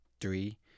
three